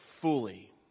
fully